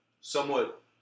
somewhat